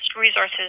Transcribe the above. resources